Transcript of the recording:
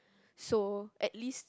so at least